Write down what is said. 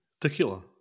Tequila